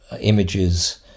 images